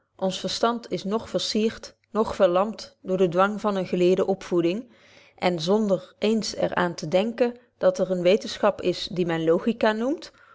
ons verstand is noch versiert noch verlamt door den dwang eener geleerde opvoeding en zonder eens er aan te denken dat er eene wetenschap is die men logica noemt